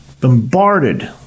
bombarded